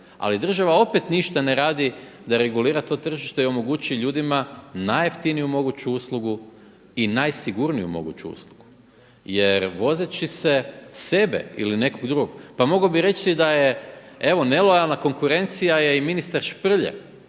Ali država opet ništa ne radi da regulira to tržište i omogućuje ljudima najjeftiniju moguću uslugu i najsigurniju moguću uslugu. Jer vozeći se, sebe ili nekog drugog, pa mogao bih reći da je evo nelojalna konkurencija je ministar Šprlje